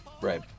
Right